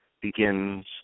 begins